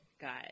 got